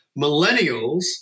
millennials